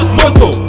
moto